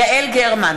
יעל גרמן,